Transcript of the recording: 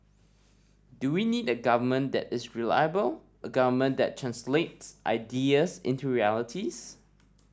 do we need a government that is reliable a government that translates ideas into realities